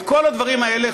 את כל הדברים האלה,